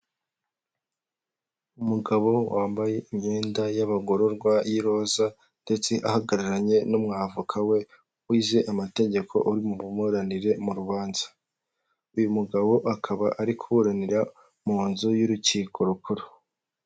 Umugabo wambaye imyenda y'abagororwa y'iroza ndetse ahagararanye n'umwavoka we wize amategeko uri muburanire mu rubanza uyu mugabo akaba ari kuburanira mu nzu y'urukiko rukuru.